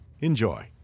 Enjoy